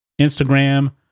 Instagram